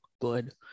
good